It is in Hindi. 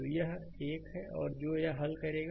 तो यह एक और है जो यह हल करेगा